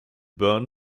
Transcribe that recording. byrne